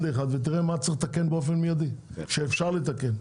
ותראה מה צריך לתקן באופן מידי שאפשר לתקן,